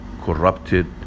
corrupted